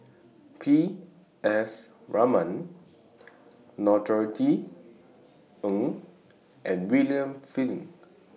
P S Raman Norothy Ng and William Flint